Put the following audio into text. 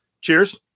cheers